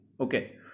Okay